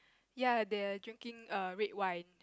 ya they are drinking err red wine